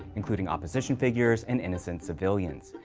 including opposition figures and innocent civilians.